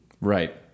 Right